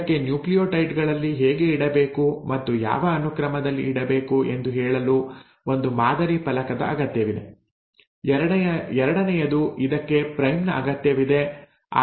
ಇದಕ್ಕೆ ನ್ಯೂಕ್ಲಿಯೋಟೈಡ್ ಗಳಲ್ಲಿ ಹೇಗೆ ಇಡಬೇಕು ಮತ್ತು ಯಾವ ಅನುಕ್ರಮದಲ್ಲಿ ಇಡಬೇಕು ಎಂದು ಹೇಳಲು ಒಂದು ಮಾದರಿ ಫಲಕದ ಅಗತ್ಯವಿದೆ ಎರಡನೆಯದು ಇದಕ್ಕೆ ಪ್ರೈಮರ್ ನ ಅಗತ್ಯವಿದೆ